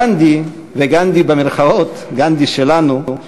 גנדי וגנדי שלנו,